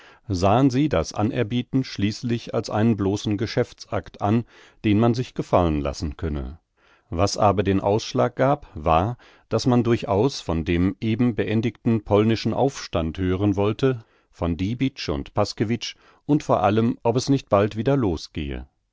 sahen sie das anerbieten schließlich als einen bloßen geschäftsakt an den man sich gefallen lassen könne was aber den ausschlag gab war daß man durchaus von dem eben beendigten polnischen aufstand hören wollte von diebitsch und paskewitsch und vor allem ob es nicht bald wieder losgehe